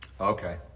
Okay